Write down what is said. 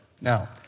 Now